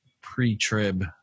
pre-trib